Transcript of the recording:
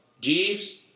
Jeeves